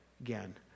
again